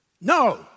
no